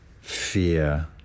fear